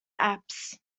apse